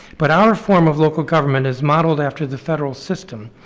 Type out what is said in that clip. but our form of local government is modeled after the federal system,